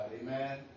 amen